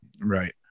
Right